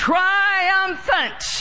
Triumphant